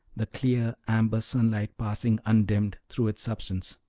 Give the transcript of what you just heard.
the clear amber sunlight passing undimmed through its substance.